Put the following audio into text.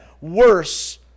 Worse